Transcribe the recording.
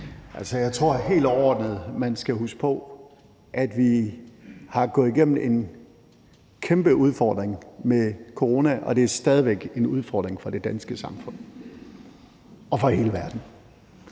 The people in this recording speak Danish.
jeg tror helt overordnet, man skal huske på, at vi har været igennem en kæmpe udfordring med corona, og at det stadig væk er en udfordring for det danske samfund og for hele verden.